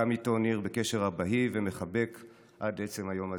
וגם איתו ניר בקשר אבהי ומחבק עד עצם היום הזה.